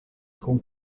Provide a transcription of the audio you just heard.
com